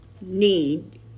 need